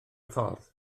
ffordd